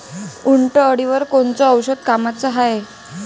उंटअळीवर कोनचं औषध कामाचं हाये?